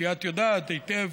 כי את יודעת היטב,